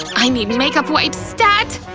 i need makeup wipe, stat!